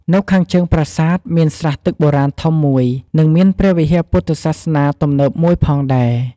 នៅខាងជើងប្រាសាទ មានស្រះទឹកបុរាណធំមួយ និងមានព្រះវិហារពុទ្ធសាសនាទំនើបមួយផងដែរ។